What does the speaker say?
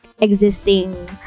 existing